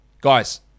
Guys